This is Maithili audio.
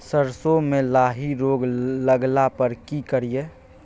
सरसो मे लाही रोग लगला पर की करिये?